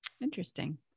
Interesting